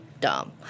dumb